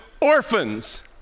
orphans